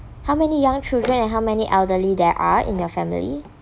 how many young children and how many elderly there are in your family